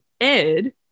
Ed